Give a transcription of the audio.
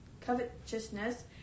covetousness